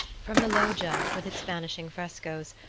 from the loggia, with its vanishing frescoes,